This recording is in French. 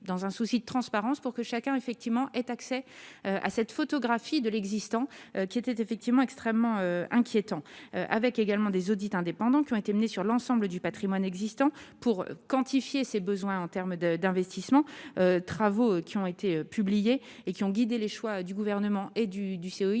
dans un souci de transparence pour que chacun effectivement aient accès à cette photographie de l'existant. Qui était effectivement extrêmement inquiétant, avec également des audits indépendants qui ont été menées sur l'ensemble du Patrimoine existant pour quantifier ses besoins en terme de d'investissement, travaux qui ont été publiés et qui ont guidé les choix du gouvernement et du du